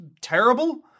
terrible